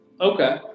okay